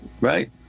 right